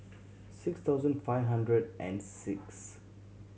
six thousand five hundred and six